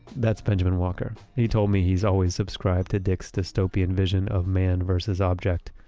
that's benjamen walker. he told me he's always subscribed to dick's dystopian vision of man versus object.